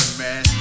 man